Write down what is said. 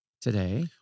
today